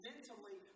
Mentally